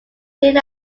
thin